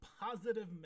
positive